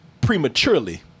prematurely